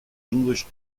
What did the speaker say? english